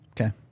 Okay